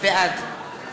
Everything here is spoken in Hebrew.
בעד